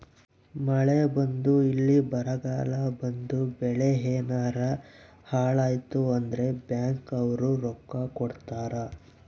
ಮಳೆ ಬಂದು ಇಲ್ಲ ಬರಗಾಲ ಬಂದು ಬೆಳೆ ಯೆನಾರ ಹಾಳಾಯ್ತು ಅಂದ್ರ ಬ್ಯಾಂಕ್ ನವ್ರು ರೊಕ್ಕ ಕೊಡ್ತಾರ